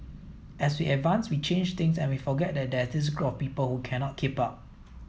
as we advance we change things and we forget that there's this group of people who cannot keep up